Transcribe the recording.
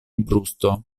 brusto